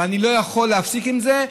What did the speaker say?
ואני לא יכול להפסיק את זה.